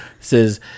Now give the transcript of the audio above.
says